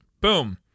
Boom